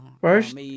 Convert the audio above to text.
First